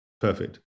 Perfect